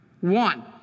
One